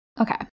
Okay